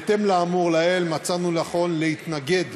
בהתאם לאמור לעיל, מצאנו לנכון להתנגד